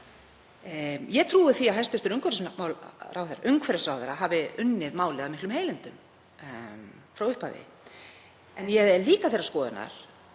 Ég trúi því að hæstv. umhverfisráðherra hafi unnið málið af miklum heilindum frá upphafi, en ég er líka þeirrar skoðunar